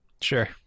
Sure